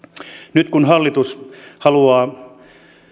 nyt kun hallitus haluaa